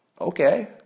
okay